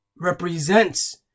represents